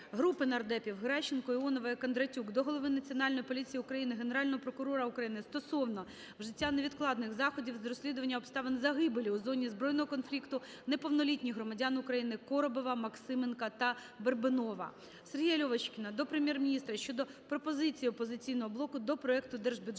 Групи народних депутатів (Геращенко, Іонової, Кондратюк) до голови Національної поліції України, Генерального прокурора України стосовно вжиття невідкладних заходів з розслідування обставин загибелі у зоні збройного конфлікту неповнолітніх громадян України Коробова, Максименка та Бербинова. Сергія Льовочкіна до Прем'єр-міністра щодо пропозицій "Опозиційного блоку" до проекту Державного